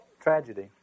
tragedy